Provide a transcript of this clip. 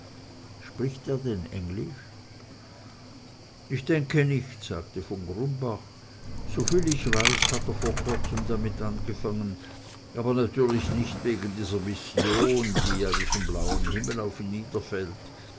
spricht er denn englisch ich glaube nicht sagte von grumbach soviel ich weiß hat er vor kurzem damit angefangen aber natürlich nicht wegen dieser mission die ja wie vom blauen himmel auf ihn